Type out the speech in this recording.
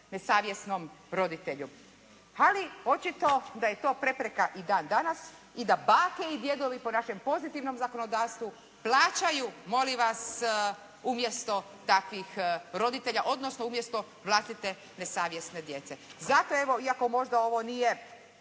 nesavjesnom roditelju. Ali očito da je to prepreka i dan danas i da bake i djedovi po našem pozitivnom zakonodavstvu plaćaju molim vas umjesto takvih roditelja, odnosno umjesto vlastite nesavjesne djece. Zato evo, iako možda ovo nije